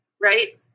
Right